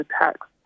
attacks